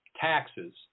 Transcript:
taxes